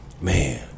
man